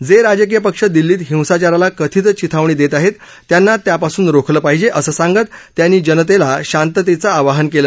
जे राजकीय पक्ष दिल्लीत हिंसाचाराला कथित चिथावणी देत आहेत त्यांना त्यापासून रोखलं पाहिजे असं सांगत त्यांनी जनतेला शांततेचं आवाहन केलं